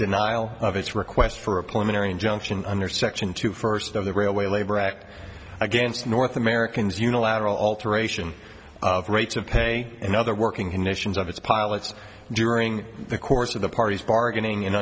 denial of its request for appointment or injunction under section two first of the railway labor act against north americans unilateral alteration of rates of pay and other working conditions of its pilots during the course of the parties bargaining and